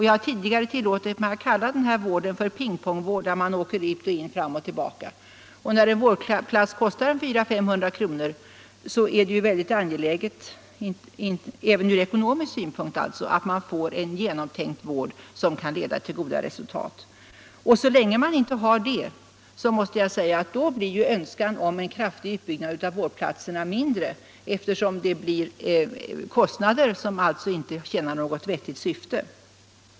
Jag har tidigare tillåtit mig att kalla den här vården, där man åker ut och in och fram och tillbaka, för pingpongvård. Men när en vårdplats kostar 400-500 kr. är det mycket angeläget — även ur ekonomisk synpunkt —- att vården blir genomtänkt och kan leda till goda resultat. Så länge den inte gör det blir önskan om en kraftig utbyggnad av antalet vårdplatser mindre, eftersom de medel som satsas på en utbyggnad inte skulle tjäna något vettigt syfte.